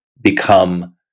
become